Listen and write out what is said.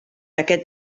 aquest